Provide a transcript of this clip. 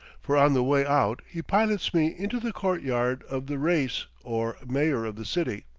for on the way out he pilots me into the court-yard of the reis, or mayor of the city.